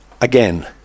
again